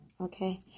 Okay